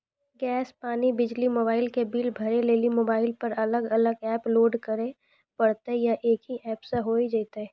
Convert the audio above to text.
Gas, पानी, बिजली, mobile के बिल भरे लेली मोबाइल पर अलग अलग एप्प लोड करे परतै या एक ही एप्प से होय जेतै?